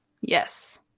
yes